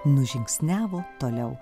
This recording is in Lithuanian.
nužingsniavo toliau